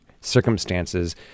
circumstances